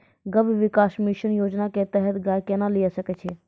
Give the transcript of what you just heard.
गव्य विकास मिसन योजना के तहत गाय केना लिये सकय छियै?